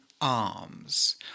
arms